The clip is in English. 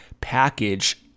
package